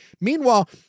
Meanwhile